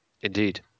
indeed